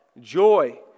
joy